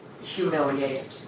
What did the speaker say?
humiliated